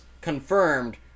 confirmed